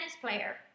player